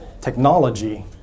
technology